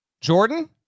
Jordan